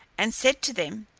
and said to them,